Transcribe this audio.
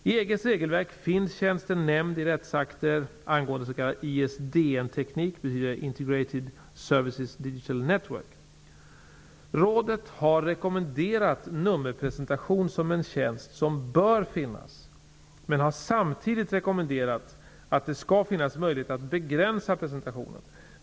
I EG:s regelverk finns tjänsten nämnd i rättsakter angående s.k. ISDN Rådet har rekommenderat nummerpresentation som en tjänst som bör finnas, men har samtidigt rekommenderat att det skall finnas möjlighet att begränsa presentationen.